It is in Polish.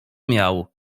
miał